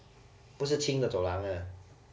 不是青的走廊啊